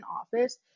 office